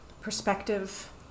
perspective